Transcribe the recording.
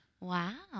Wow